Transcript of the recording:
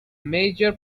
major